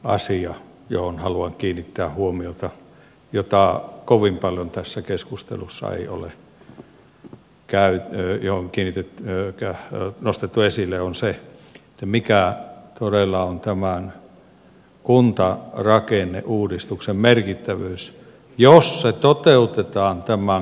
asia johon haluan kiinnittää huomiota jota kovin paljon tässä keskustelussa ei ole nostettu esille on se mikä todella on tämän kuntarakenneuudistuksen merkittävyys jos se toteutetaan tämän karttaesityksen mukaisesti